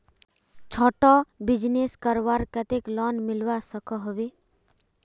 छोटो बिजनेस करवार केते लोन मिलवा सकोहो होबे?